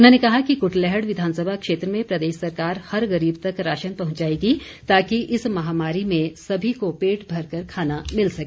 उन्होंने कहा कि कुटलैहड़ विधानसभा क्षेत्र में प्रदेश सरकार हर गरीब तक राशन पहुंचाएगी ताकि इस महामारी में सभी को पेटभर कर खाना मिल सके